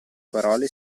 parole